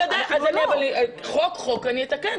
אבל חוק חוק אני אתקן.